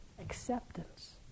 acceptance